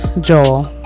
Joel